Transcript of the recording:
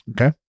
Okay